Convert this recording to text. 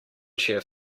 chair